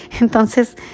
Entonces